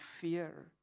fear